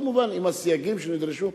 כמובן עם הסייגים שנדרשו.